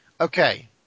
Okay